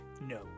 No